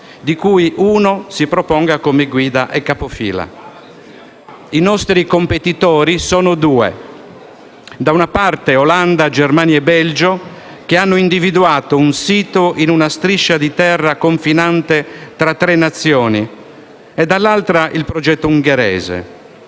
di cui uno si proponga come guida e capofila. I nostri competitori sono due: da una parte ci sono Olanda, Germania e Belgio, che hanno individuato un sito in una striscia di terra confinante tra tre Nazioni e dall'altra c'è il progetto ungherese.